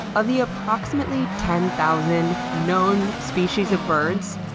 of the approximately ten thousand known species of birds,